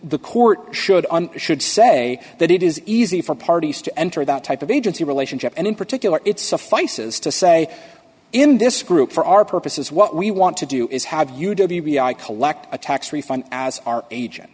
the court should should say that it is easy for parties to enter that type of agency relationship and in particular it suffices to say in this group for our purposes what we want to do is have you do collect a tax refund as